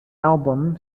album